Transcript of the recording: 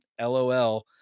LOL